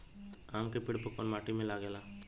आम के पेड़ कोउन माटी में लागे ला?